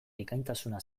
bikaintasuna